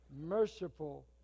merciful